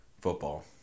Football